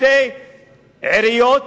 שתי עיריות